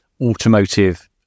automotive